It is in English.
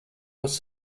was